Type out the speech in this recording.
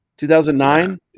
2009